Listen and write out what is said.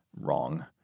Wrong